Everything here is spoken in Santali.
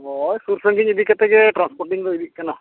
ᱦᱳᱭ ᱥᱩᱨ ᱥᱟᱺᱜᱤᱧ ᱤᱫᱤ ᱠᱟᱛᱮᱫ ᱜᱮ ᱴᱨᱟᱱᱥᱯᱳᱨᱴ ᱫᱚ ᱤᱫᱤᱜ ᱠᱟᱱᱟ